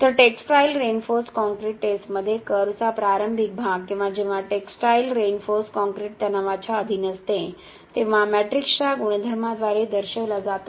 तर textile reinforced concrete टेस्टमध्ये कर्व्हचा प्रारंभिक भाग किंवा जेव्हा टेक्सटाइल रिइन्फोर्सड काँक्रीट तणावाच्या अधीन असते तेव्हा मॅट्रिक्सच्या गुणधर्मांद्वारे दर्शविला जातो